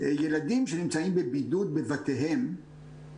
ילדים שנמצאים בבידוד בבתיהם,